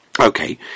Okay